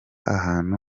ahantu